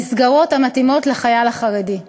למסגרות המתאימות לחייל החרדי.